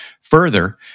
Further